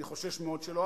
אני חושש מאוד שלא,